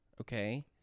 Okay